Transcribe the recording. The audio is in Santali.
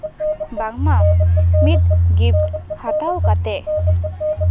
ᱵᱟᱝᱢᱟ ᱢᱤᱫ ᱜᱤᱯᱷᱴ ᱦᱟᱛᱟᱣ ᱠᱟᱛᱮ